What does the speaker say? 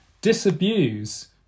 disabuse